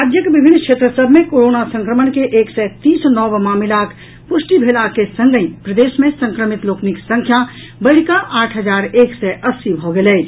राज्यक विभिन्न क्षेत्र सभ मे कोरोना संक्रमण के एक सय तीस नव मामिलाक पुष्टि भेला के संगहि प्रदेश मे संक्रमित लोकनिक संख्या बढ़िकऽ आठ हजार एक सय अस्सी भऽ गेल अछि